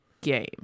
game